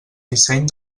disseny